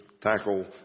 tackle